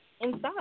inside